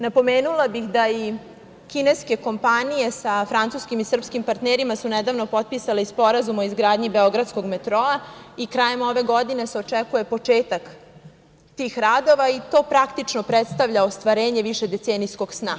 Napomenula bih da i kineske kompanije sa francuskim i srpskim partnerima su nedavno potpisale i Sporazum o izgradnji „Beogradskog metroa“ i krajem ove godine se očekuje početak tih radova i to praktično predstavlja ostvarenje decenijskog sna.